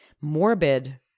morbid